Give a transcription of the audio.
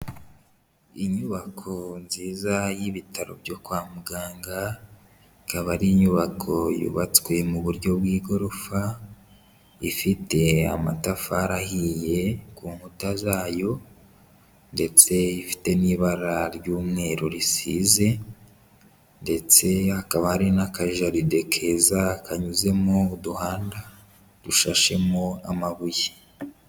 Inyubako nziza y'ibitaro byo kwa muganga, ikaba ari inyubako yubatswe mu buryo bw'igorofa, ifite amatafari ahiye ku nkuta zayo ndetse ifite n'ibara ry'umweru risize ndetse hakaba hari n'akajaride keza kanyuzemo uduhanda, dushashemo amabuye.